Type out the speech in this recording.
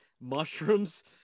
mushrooms